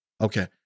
Okay